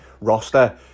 roster